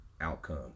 outcome